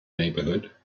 neighbourhood